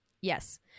Yes